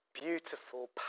beautiful